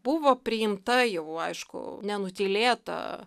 buvo priimta jau aišku nenutylėta